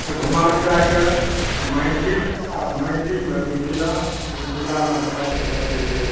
तऽ घुमा फ़िराक मैथिल आ मैथिलमे मिथिला मिथिलामे हमरसभक जे